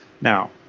Now